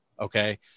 Okay